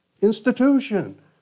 institution